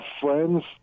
friends